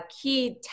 key